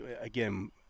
again